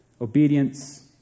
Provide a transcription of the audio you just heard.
obedience